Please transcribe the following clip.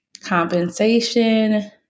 compensation